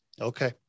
Okay